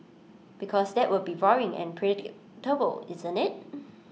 because that will be boring and predictable isn't IT